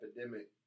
epidemic